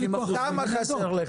כמה חסר לך?